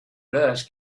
dust